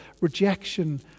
rejection